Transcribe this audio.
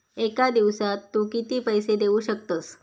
एका दिवसात तू किती पैसे देऊ शकतस?